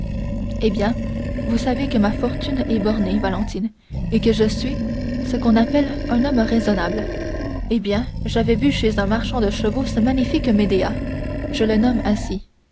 eh bien vous savez que ma fortune est bornée valentine et que je suis ce qu'on appelle un homme raisonnable eh bien j'avais vu chez un marchand de chevaux ce magnifique médéah je le nomme ainsi